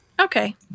Okay